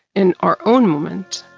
in our own moment,